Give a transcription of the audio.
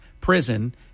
Prison